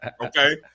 Okay